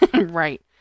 Right